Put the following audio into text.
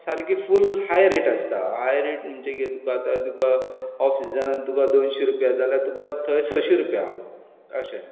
सारकें फूल high rate आसता हाय रेट म्हणचे कितें तुका ऑफ सिझनाक तुका जर दोनशे रुपया जाल्यार थंय संयशी रुपया अशें